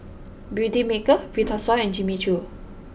Beautymaker Vitasoy and Jimmy Choo